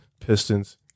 Pistons